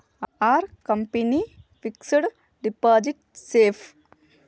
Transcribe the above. Are company fixed deposit safe?